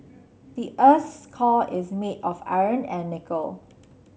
the earth's core is made of iron and nickel